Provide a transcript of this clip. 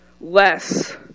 less